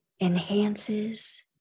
enhances